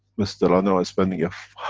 mr delannoye is spending a.